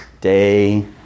day